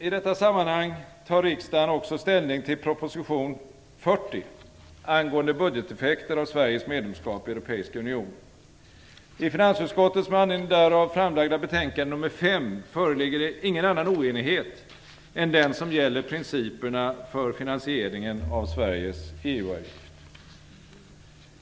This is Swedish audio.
I detta sammanhang tar riksdagen också ställning till proposition 40 angående budgeteffekter av Sveriges medlemskap i Europeiska unionen. I finansutskottets med anledning därav framlagda betänkande nr 5 föreligger det ingen annan oenighet än den som gäller principerna för finansieringen av Sveriges EU-avgift.